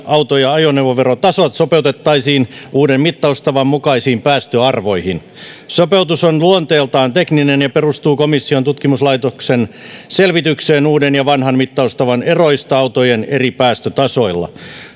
auto ja ajoneuvoverotasot sopeutettaisiin uuden mittaustavan mukaisiin päästöarvoihin sopeutus on luonteeltaan tekninen ja perustuu komission tutkimuslaitoksen selvitykseen uuden ja vanhan mittaustavan eroista autojen eri päästötasoilla